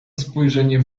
spojrzenie